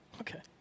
Okay